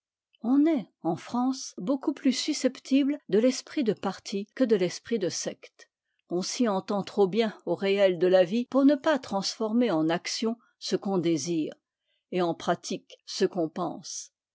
on est en france beaucoup plus susceptible de l'esprit de parti que de l'esprit de secte on s'y entend trop bien au réel de la vie pour ne pas transformer en action ce qu'on désire et en pratique ce qu'on pense